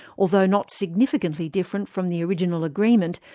although not significantly different from the original agreement,